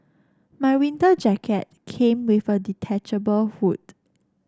my winter jacket came with a detachable hood